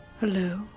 Hello